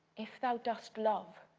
if thou dost love,